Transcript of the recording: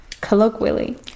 colloquially